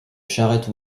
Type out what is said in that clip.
charrette